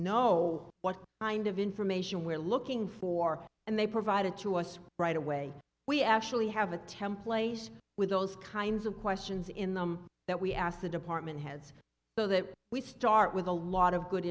know what kind of information we're looking for and they provided to us right away we actually have a template with those kinds of questions in them that we asked the department heads so that we start with a lot of good